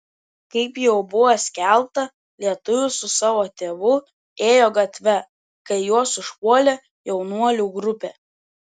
kaip jau buvo skelbta lietuvis su savo tėvu ėjo gatve kai juos užpuolė jaunuolių grupė